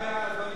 אדוני היושב-ראש,